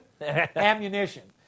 Ammunition